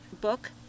book